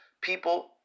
people